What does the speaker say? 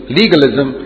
legalism